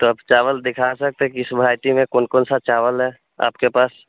तो आप चावल दिखा सकते की किस भेराइटी में कौन कौन सा चावल है आपके पास